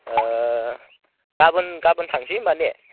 गाबोन गाबोन थांनिसै होमबा ने